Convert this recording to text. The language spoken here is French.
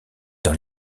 dans